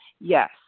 Yes